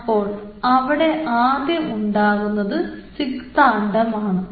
അപ്പോൾ അവിടെ ആദ്യം ഉണ്ടാകുന്നത് സിക്കാണ്ഡമാണ്